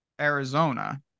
Arizona